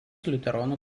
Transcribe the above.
liuteronų